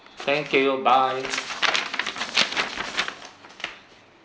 thank you bye